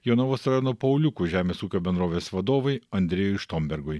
jonavos rajono pauliukų žemės ūkio bendrovės vadovui andrejui štombergui